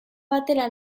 batera